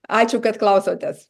ačiū kad klausotės